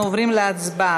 אנחנו עוברים להצבעה.